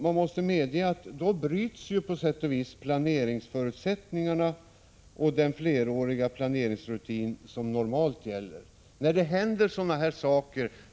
Man måste medge att de normala planeringsförutsättningarna och den fleråriga planeringsrutinen på sätt och vis bryts.